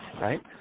right